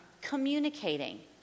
communicating